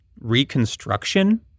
Reconstruction